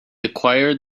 acquired